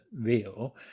real